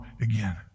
again